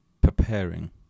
Preparing